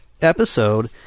episode